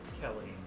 Kelly